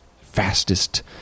fastest